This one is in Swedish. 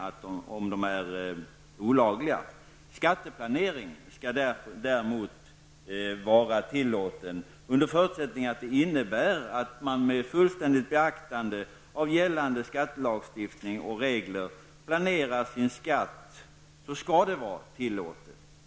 Däremot skall skatteplanering vara tillåten under förutsättning att det innebär att man planerar sin skatt med fullständigt beaktande av gällande skattelagstiftning och skatteregler.